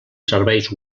serveis